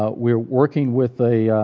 ah we're working with a